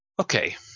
Okay